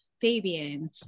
Fabian